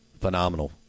Phenomenal